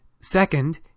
Second